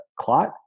clot